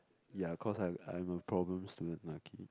ya cause I'm I'm a problem student when I'm a kid